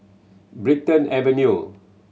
Brighton Avenue